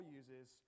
uses